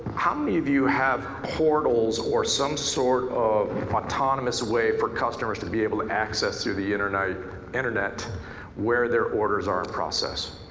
how many of you have portals or some sort of monotonous way for customers to be able to access through the internet internet where their orders are in process?